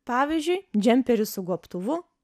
pavyzdžiui džemperis su gobtuvu